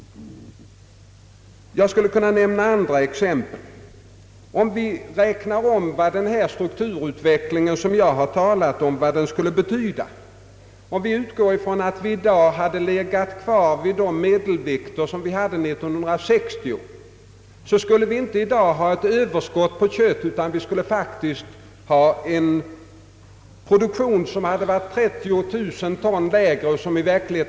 Jag skulle kunna nämna andra exempel. Om vi vill få en föreställning om vad den strukturutveckling som jag har talat om betytt, kan jag nämna att om vi i dag hade legat kvar vid de medelvikter som vi hade 1960, så hade vi nu inte haft ett överskott på kött utan vi skulle haft en produktion som var 30 060 ton lägre.